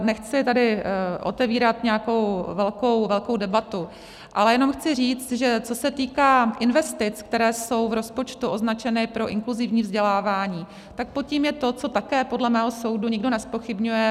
Nechci tady otevírat nějakou velkou debatu, ale jenom chci říct, že co se týká investic, které jsou v rozpočtu označeny pro inkluzivní vzdělávání, tak pod tím je to, co také podle mého soudu nikdo nezpochybňuje.